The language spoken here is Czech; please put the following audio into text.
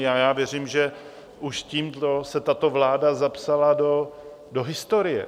A já věřím, že už tímto se tato vláda zapsala do historie.